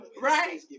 right